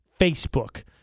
Facebook